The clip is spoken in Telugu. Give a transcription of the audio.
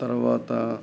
తర్వాత